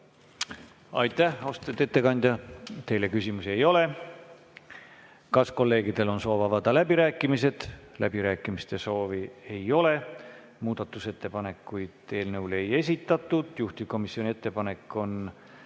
Aitäh, austatud ettekandja! Teile küsimusi ei ole. Kas kolleegidel on soov avada läbirääkimised? Läbirääkimiste soovi ei ole. Muudatusettepanekuid eelnõu kohta ei esitatud. Juhtivkomisjoni ettepanek on